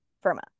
firma